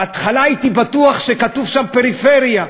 בהתחלה הייתי בטוח שכתוב שם "פריפריה".